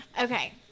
okay